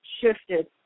shifted